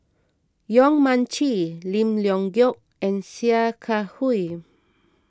Yong Mun Chee Lim Leong Geok and Sia Kah Hui